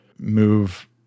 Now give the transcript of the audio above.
move